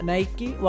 Nike